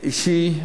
אישי.